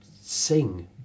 sing